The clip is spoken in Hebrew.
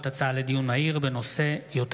דיון מהיר בהצעתם של חברי הכנסת עאידה תומא סלימאן ואברהם